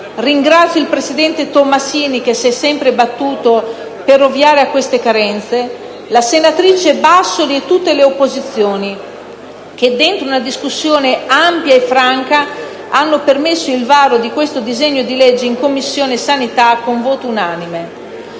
Ringrazio il presidente Tomassini, che si è sempre battuto per ovviare a queste carenze, la senatrice Bassoli e tutte le opposizioni che, dentro una discussione ampia e franca, hanno permesso il varo di questo disegno di legge in Commissione sanità con voto unanime.